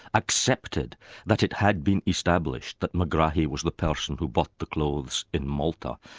accepted that it had been established that megrahi was the person who bought the clothes in malta,